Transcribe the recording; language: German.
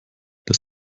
dass